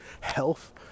health